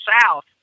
South